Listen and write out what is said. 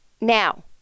Now